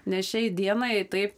nes šiai dienai taip